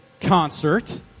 concert